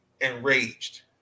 enraged